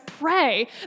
pray